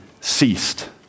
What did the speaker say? ceased